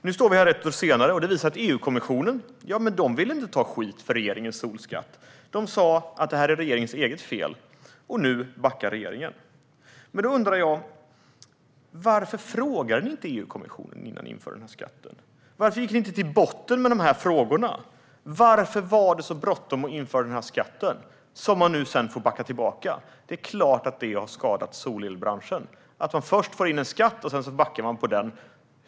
Nu står vi här ett år senare, och det visar sig att EU-kommissionen inte vill ta skit för regeringens solskatt. De sa att det här är regeringens eget fel. Och nu backar regeringen. Då undrar jag: Varför frågade ni inte EU-kommissionen innan ni införde den här skatten? Varför gick ni inte till botten med de här frågorna? Varför var det så bråttom att införa den här skatten som man nu får backa tillbaka? Det är klart att det har skadat solelbranschen att man först inför en skatt och sedan backar på den.